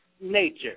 nature